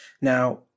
Now